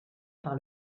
par